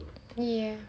ya